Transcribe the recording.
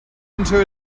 into